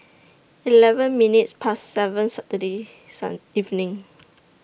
eleven minutes Past seven Saturday Sun evening